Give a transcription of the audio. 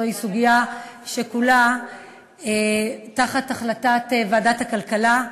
זו סוגיה שכולה תחת החלטת ועדת הכלכלה.